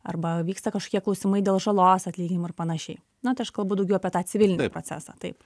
arba vyksta kažkokie klausimai dėl žalos atlyginimo ir panašiai na tai aš kalbu daugiau apie tą civilinį procesą taip